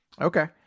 Okay